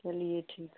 चलिए ठीक है